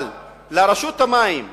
אבל לרשות המים,